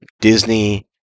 Disney